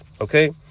Okay